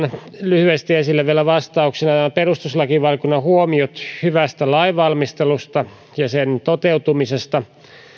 lyhyesti esille vastauksena perustuslakivaliokunnan huomiot hyvästä lainvalmistelusta ja sen toteutumisesta